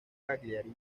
cagliari